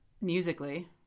Musically